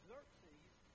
Xerxes